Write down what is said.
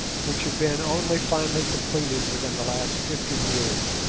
which had been only finally completed within the last fifty years.